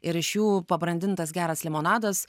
ir iš jų pabrandintas geras limonadas